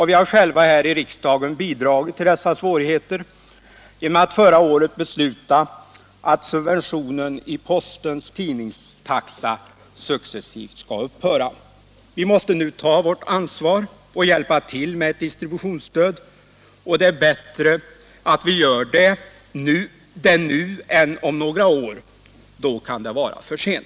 Vi har själva här i riksdagen bidragit till dessa svårigheter genom att förra — Nr 128 året besluta att subventionen i postens tidningstaxa successivt skall upp Onsdagen den höra. Vi måste nu ta vårt ansvar och hjälpa till med distributionsstöd, 11 maj 1977 och det är bättre att vi gör det nu än om några år — då kan det vara LU för sent.